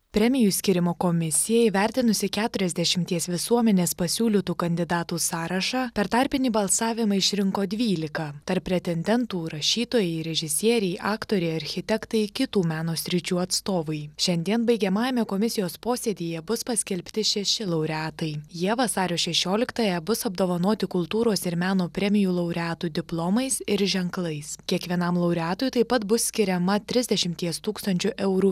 premijų skyrimo komisija įvertinusi keturiasdešimties visuomenės pasiūlytų kandidatų sąrašą per tarpinį balsavimą išrinko dvylika tarp pretendentų rašytojai režisieriai aktoriai architektai kitų meno sričių atstovai šiandien baigiamajame komisijos posėdyje bus paskelbti šeši laureatai jie vasario šešioliktąją bus apdovanoti kultūros ir meno premijų laureatų diplomais ir ženklais kiekvienam laureatui taip pat bus skiriama trisdešimties tūkstančių eurų